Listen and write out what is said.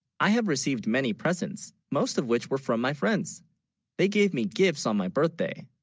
i have received many presents most of which were from my friends they gave me gifts on my, birthday